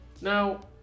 Now